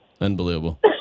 Unbelievable